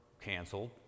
canceled